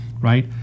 Right